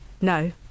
No